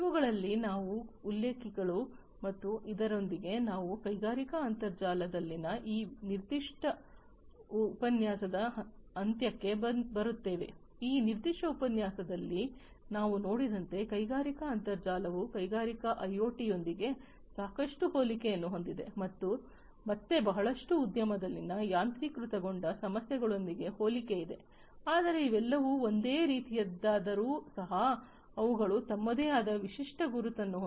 ಇವುಗಳಲ್ಲಿ ಕೆಲವು ಉಲ್ಲೇಖಗಳು ಮತ್ತು ಇದರೊಂದಿಗೆ ನಾವು ಕೈಗಾರಿಕಾ ಅಂತರ್ಜಾಲದಲ್ಲಿನ ಈ ನಿರ್ದಿಷ್ಟ ಉಪನ್ಯಾಸದ ಅಂತ್ಯಕ್ಕೆ ಬರುತ್ತೇವೆ ಈ ನಿರ್ದಿಷ್ಟ ಉಪನ್ಯಾಸದಲ್ಲಿ ನಾವು ನೋಡಿದಂತೆ ಕೈಗಾರಿಕಾ ಅಂತರ್ಜಾಲವು ಕೈಗಾರಿಕಾ ಐಒಟಿಯೊಂದಿಗೆ ಸಾಕಷ್ಟು ಹೋಲಿಕೆಯನ್ನು ಹೊಂದಿದೆ ಅದು ಮತ್ತೆ ಬಹಳಷ್ಟು ಉದ್ಯಮದಲ್ಲಿನ ಯಾಂತ್ರೀಕೃತಗೊಂಡ ಸಮಸ್ಯೆಗಳೊಂದಿಗೆ ಹೋಲಿಕೆ ಇದೆ ಆದರೆ ಇವೆಲ್ಲವೂ ಒಂದೇ ರೀತಿಯದ್ದಾಗಿದ್ದರೂ ಸಹ ಅವುಗಳು ತಮ್ಮದೇ ಆದ ವಿಶಿಷ್ಟ ಗುರುತನ್ನು ಹೊಂದಿವೆ